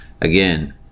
Again